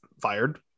fired